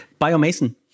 Biomason